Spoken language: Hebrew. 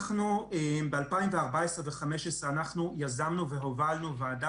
ב-2014 ו-2015 אנחנו יזמנו והובלנו ועדה